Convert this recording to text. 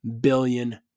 billion